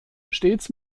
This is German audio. stets